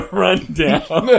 rundown